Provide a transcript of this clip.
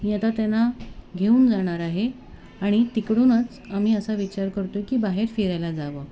मी आता त्यांना घेऊन जाणार आहे आणि तिकडूनच आम्ही असा विचार करतो की बाहेर फिरायला जावं